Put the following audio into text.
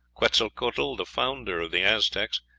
quetzalcoatl, the founder of the aztecs,